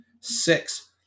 six